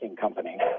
company